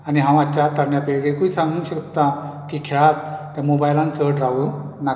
आनी हांव आजच्या तरणे पिळगेकूय सांगूक सोदता की खेळात त्या मोबायलांत चड रावूंक नाकात